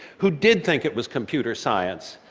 who did think it was computer science.